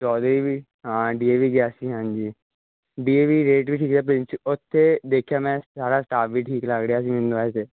ਚੌਧਰੀ ਵੀ ਹਾਂ D A V ਗਿਆ ਸੀ ਹਾਂਜੀ ਡੀ ਏ ਵੀ ਰੇਟ ਵੀ ਠੀਕ ਆ ਉੱਥੇ ਪਰਿਨਸੀ ਦੇਖਿਆ ਮੈਂ ਸਾਰਾ ਸਟਾਫ ਵੀ ਠੀਕ ਲੱਗ ਰਿਹਾ ਸੀ ਮੈਨੂੰ ਵੈਸੇ